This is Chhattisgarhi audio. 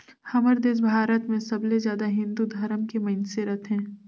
हमर देस भारत मे सबले जादा हिन्दू धरम के मइनसे रथें